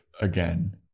again